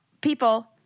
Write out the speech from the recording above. people